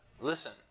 Listen